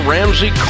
Ramsey